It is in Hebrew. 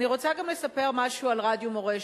אני רוצה גם לספר משהו על רדיו "מורשת".